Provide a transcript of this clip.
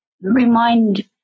remind